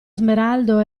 smeraldo